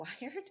wired